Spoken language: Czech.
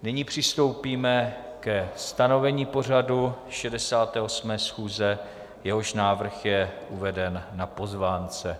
Nyní přistoupíme ke stanovení pořadu 68. schůze, jehož návrh je uveden na pozvánce.